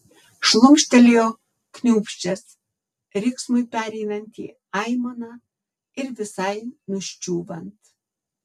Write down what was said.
šlumštelėjo kniūbsčias riksmui pereinant į aimaną ir visai nuščiūvant